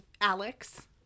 Alex